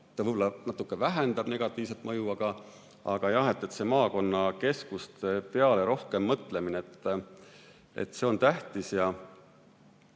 Ta võib-olla natuke vähendab negatiivset mõju, aga jah, maakonnakeskuste peale rohkem mõtlemine on tähtis.